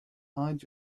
hide